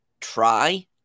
try